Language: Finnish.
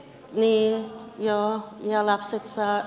niin ja lapset saa